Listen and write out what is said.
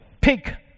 pick